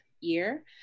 year